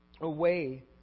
away